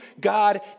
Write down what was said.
God